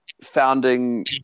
founding